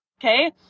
Okay